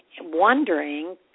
wondering